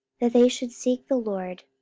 that they should seek the lord,